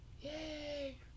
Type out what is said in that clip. Yay